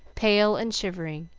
pale and shivering,